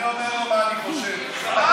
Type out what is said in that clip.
אני עונה לו מה שאני חושב.